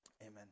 amen